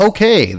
Okay